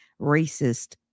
racist